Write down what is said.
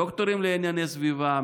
דוקטורים לענייני סביבה,